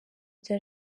bya